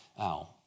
Ow